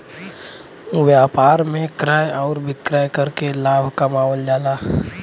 व्यापार में क्रय आउर विक्रय करके लाभ कमावल जाला